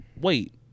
wait